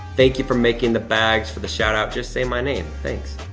thank you for making the bags. for the shout-out just say my name, thanks.